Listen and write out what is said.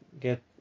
get